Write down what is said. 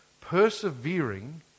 persevering